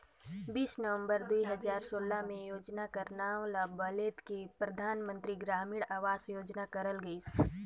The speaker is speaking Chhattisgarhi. बीस नवंबर दुई हजार सोला में ए योजना कर नांव ल बलेद के परधानमंतरी ग्रामीण अवास योजना करल गइस